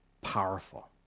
Powerful